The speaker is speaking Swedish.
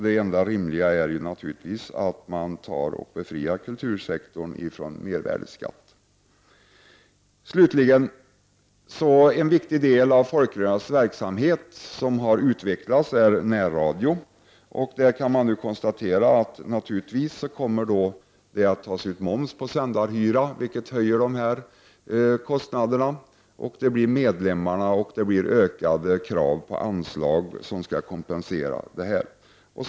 Det enda rimliga vore naturligtvis att man befriar kultursektorn från mervärdeskatt. En viktig del av folkrörelsernas verksamhet som har utvecklats är närradion. Nu kommer det naturligtvis att tas ut moms på sändarhyra, vilket höjer kostnaderna. Det blir medlemmarna som får betala och kräva höjda anslag som kompensation.